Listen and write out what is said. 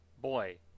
Boy